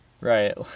right